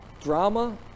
drama